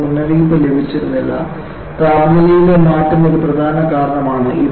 അവർക്ക് മുന്നറിയിപ്പ് ലഭിച്ചിരുന്നില്ല താപനിലയിലെ മാറ്റം ഒരു പ്രധാന കാരണമാണ്